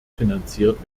finanziert